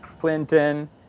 Clinton